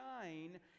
shine